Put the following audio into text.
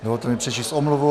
Dovolte mi přečíst omluvu.